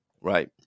right